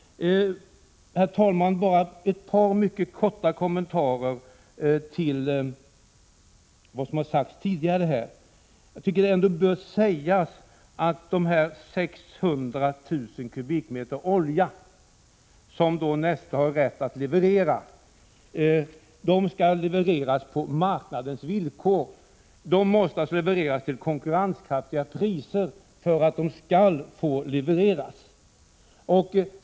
Bara ett par mycket korta kommentarer med anledning av vad som har sagts tidigare. Jag tycker att det ändå bör sägas att de 600 000 m? olja som Neste Oy har rätt att leverera bör levereras på marknadens villkor. Oljan måste alltså levereras till konkurrenskraftiga priser för att den skall få levereras.